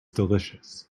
delicious